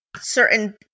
certain